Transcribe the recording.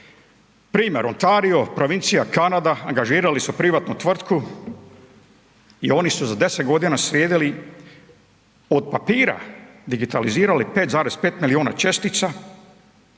Primjer, Ontario, provincija Kanada, angažirali su privatnu tvrtku i oni su za 10 godina slijedili od papira, digitalizirali 5,5 milijuna čestica.